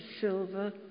silver